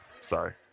Sorry